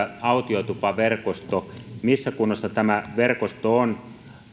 autiotupaverkosto missä kunnossa tämä verkosto on